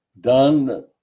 done